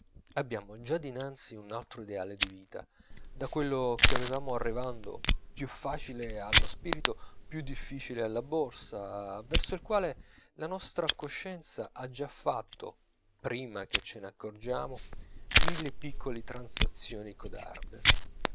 abbiamo già dinanzi un altro ideale di vita da quello che avevamo arrivando più facile allo spirito più difficile alla borsa verso il quale la nostra coscienza ha già fatto prima che ce n'accorgiamo mille piccole transazioni codarde